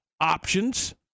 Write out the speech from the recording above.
options